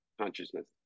consciousness